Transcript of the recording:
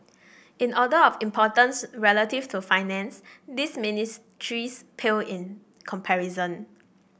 in order of importance relative to finance these ministries pale in comparison